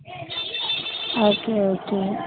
okay okay